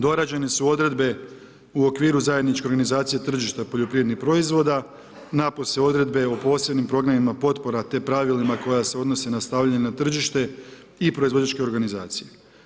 Dorađene su odredbe u okviru zajedničke organizacije tržišta poljoprivrednih proizvoda, napose odredbe o posebnim programima potpora te pravilima koja se odnose na stavljanje na tržište i proizvođačke organizacije.